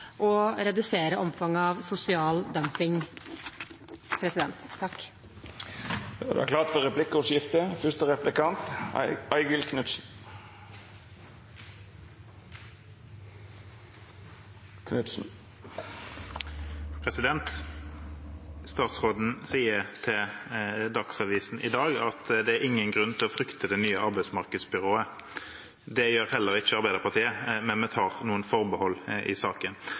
og redusere omfanget av sosial dumping. Det vert replikkordskifte. Statsråden sier til Dagsavisen i dag at det er ingen grunn til å frykte det nye arbeidsmarkedsbyrået. Det gjør heller ikke Arbeiderpartiet, men vi tar noen forbehold i saken,